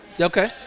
Okay